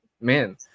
man